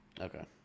Okay